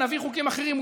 נביא חוקים אחרים.